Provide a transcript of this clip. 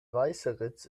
weißeritz